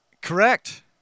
Correct